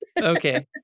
Okay